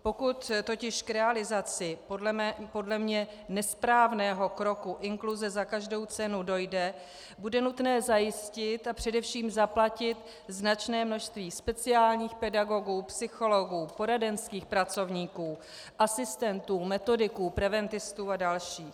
Pokud totiž k realizaci podle mne nesprávného kroku inkluze za každou cenu dojde, bude nutné zajistit a především zaplatit značné množství speciálních pedagogů, psychologů, poradenských pracovníků, asistentů, metodiků, preventistů a dalších.